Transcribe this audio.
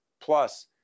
plus